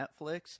netflix